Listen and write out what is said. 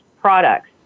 products